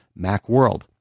MACWORLD